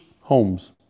homes